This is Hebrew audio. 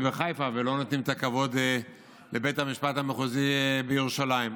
בחיפה ולא נותנים את הכבוד לבית המשפט המחוזי בירושלים,